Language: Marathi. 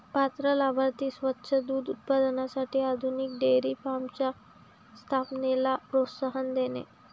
पात्र लाभार्थी स्वच्छ दूध उत्पादनासाठी आधुनिक डेअरी फार्मच्या स्थापनेला प्रोत्साहन देणे